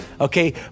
okay